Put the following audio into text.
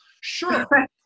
Sure